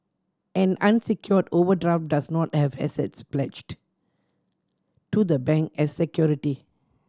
an unsecured overdraft does not have assets pledged to the bank as security